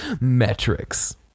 metrics